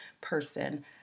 person